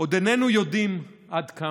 עוד איננו יודעים עד כמה.